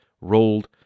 rolled